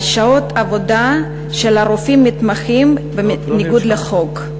על שעות העבודה של רופאים מתמחים, בניגוד לחוק.